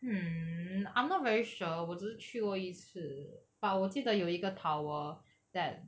hmm I'm not very sure 我只是去过一次 but 我记得有一个 tower that